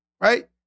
Right